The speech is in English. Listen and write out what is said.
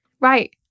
right